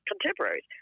contemporaries